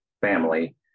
family